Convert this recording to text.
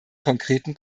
konkreten